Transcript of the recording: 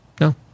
No